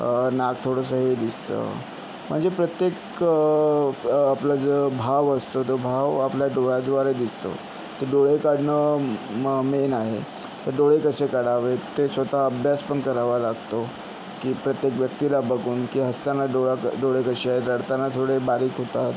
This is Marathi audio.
नाक थोडसं हे दिसतं म्हणजे प्रत्येक आपला जो भाव असतो तो भाव आपल्या डोळ्याद्वारे दिसतो तर डोळे काढणं म मेन आहे तर डोळे कसे काढावे ते स्वत अभ्यासपण करावा लागतो की प्रत्येक व्यक्तीला बघून की हसताना डोळा डोळे कसे आहेत रडताना थोडे बारीक होतात